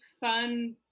fun